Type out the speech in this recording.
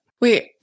Wait